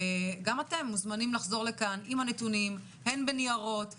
גם אתם מוזמנים לחזור לכאן עם הנתונים - הן בניירות,